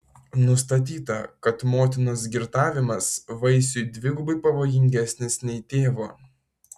nustatyta kad motinos girtavimas vaisiui dvigubai pavojingesnis nei tėvo